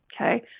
okay